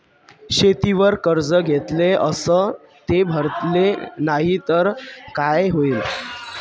शेतीवर कर्ज घेतले अस ते भरले नाही तर काय होईन?